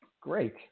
Great